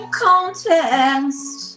contest